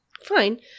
fine